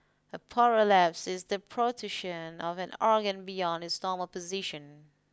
a prolapse is the protrusion of an organ beyond its normal position